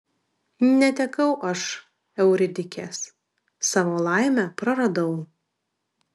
netekau aš euridikės savo laimę praradau